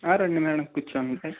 ఆ రండి మ్యాడం కూర్చోండి